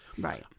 Right